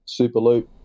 Superloop